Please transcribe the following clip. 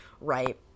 right